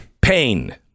pain